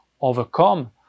overcome